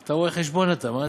אתה רואה חשבון, אתה.